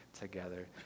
together